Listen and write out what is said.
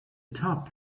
top